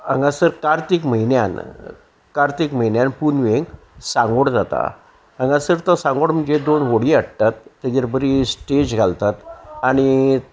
हांगासर कार्तीक म्हयन्यान कार्तीक म्हयन्यान पुनवेक सांगोड जाता हांगासर तो सांगोड म्हणजे दोन व्हडी हाडटात तेजेर बरी स्टेज घालतात आनी